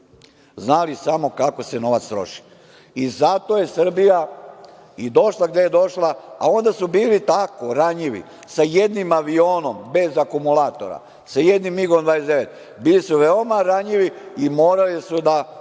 znali samo kako se novac troši. I zato je Srbija i došla gde je došla, a onda su bili tako ranjivi, sa jednim avionom bez akumulatora, sa jednim MIG-29 bili su veoma ranjivi i morali su da